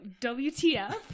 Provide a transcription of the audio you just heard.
wtf